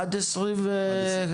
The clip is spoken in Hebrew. עד 25,